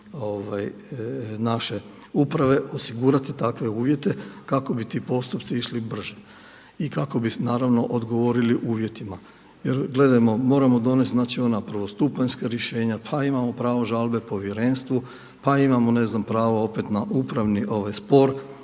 naše uprave osigurati takve uvjete kako bi ti postupci išli brže i kako bi odgovorili uvjetima. Jer gledajmo, moramo donest ona prvostupanjska rješenja, pa imamo pravo žalbe povjerenstvu, pa imamo ne znam pravo opet na upravni spor